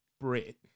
Brit